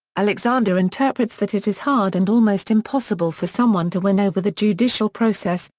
alexander interprets that it is hard and almost impossible for someone to win over the judicial process,